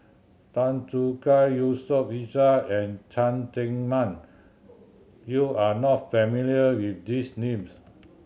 Tan Choo Kai Yusof Ishak and Cheng Tsang Man you are not familiar with these names